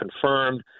confirmed